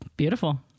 beautiful